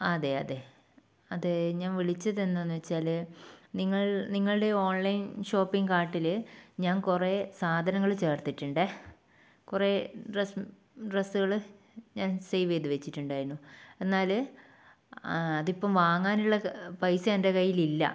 അതെ അതെ അതെ ഞാൻ വിളിച്ചതെന്താണെന്ന് വെച്ചാൽ നിങ്ങൾ നിങ്ങളുടെ ഓൺലൈൻ ഷോപ്പിങ്ങ് കാർട്ടിൽ ഞാൻ കുറേ സാധനങ്ങൾ ചേർത്തിട്ടുണ്ട് കുറേ ഡ്രെസ്സ് ഡ്രെസുകൾ ഞാൻ സേവ് ചെയ്ത് വെച്ചിട്ടുണ്ടായിരുന്നു എന്നാൽ അതിപ്പം വാങ്ങാനുള്ള പൈസ എൻ്റെ കയ്യിൽ ഇല്ല